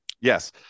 Yes